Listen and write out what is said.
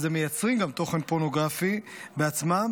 הם מייצרים גם תוכן פורנוגרפי בעצמם.